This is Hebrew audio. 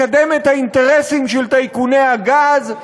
לקדם את האינטרסים של טייקוני הגז,